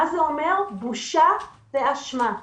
זה אומר בושה ואשמה.